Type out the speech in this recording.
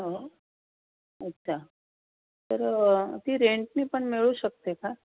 हो अच्छा तर ती रेंटने पण मिळू शकते का